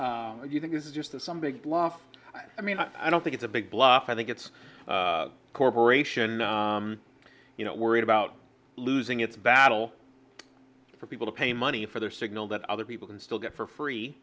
that you think this is just a some big bluff i mean i don't think it's a big bluff i think it's a corporation you know worried about losing it's battle for people to pay money for their signal that other people can still get for free